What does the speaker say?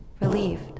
relieved